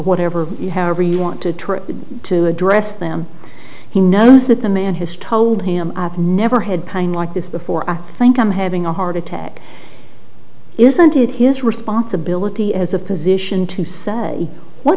whatever you however you want to try to address them he knows that the man has told him i've never had kind like this before i think i'm having a heart attack isn't it his responsibility as a physician to say what